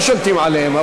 אנחנו לא שולטים עליהם,